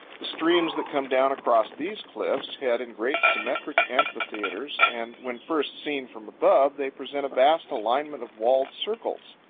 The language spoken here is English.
the streams that come down across these cliffs head in great symmetric amphitheaters, and when first seen from above they present a vast alignment of walled circles.